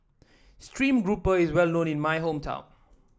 stream grouper is well known in my hometown